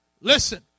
Listen